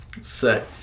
sick